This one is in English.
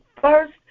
first